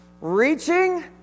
Reaching